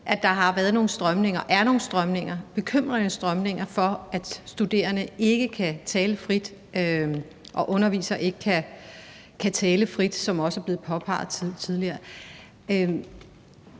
der har været og er nogle strømninger, bekymrende strømninger, i forhold til at studerende ikke kan tale frit og undervisere ikke kan tale frit, som det også er blevet påpeget tidligere.